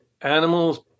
Animals